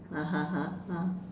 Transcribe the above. (uh huh) ah ah